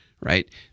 right